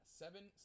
seven